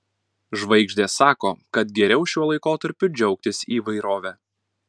žvaigždės sako kad geriau šiuo laikotarpiu džiaugtis įvairove